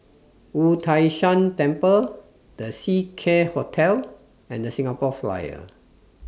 Wu Tai Shan Temple The Seacare Hotel and The Singapore Flyer